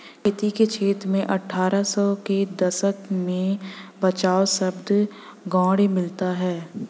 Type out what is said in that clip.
खेती के क्षेत्र में अट्ठारह सौ के दशक में बचाव शब्द गौण मिलता है